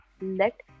let